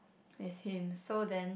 we seen so then